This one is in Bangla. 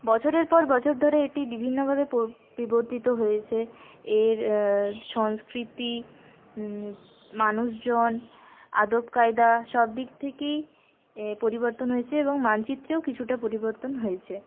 বছরের পর বছর ধরে এটি বিভিন্নভাবে বিবর্তিত হয়েছে এর সংস্কৃতি মানুষজন আদবকায়দা সবদিক থেকেই এ পরিবর্তন হয়েছে এবং মানচিত্রেও কিছুটা পরিবর্তন হয়েছে